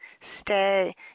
stay